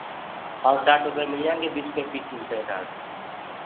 हाँ chart paper मिल जाएँगे बीस के पीस मिलते हैं चार्ट